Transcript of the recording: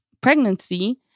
pregnancy